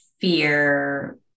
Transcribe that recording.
fear